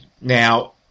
Now